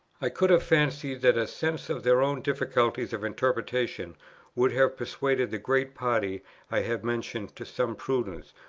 i could have fancied that a sense of their own difficulties of interpretation would have persuaded the great party i have mentioned to some prudence,